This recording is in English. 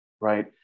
right